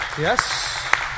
Yes